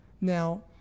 Now